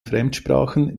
fremdsprachen